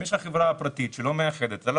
אם יש לך חברה פרטית שלא מאחדת אתה לא